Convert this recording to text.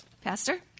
Pastor